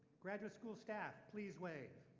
graduate school staff, please wave.